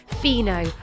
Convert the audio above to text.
Fino